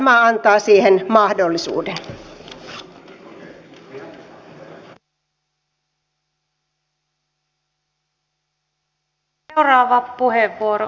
tämä antaa siihen mahdollisuuden